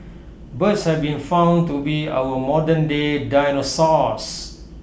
birds have been found to be our modernday dinosaurs